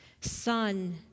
Son